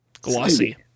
glossy